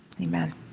amen